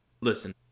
listen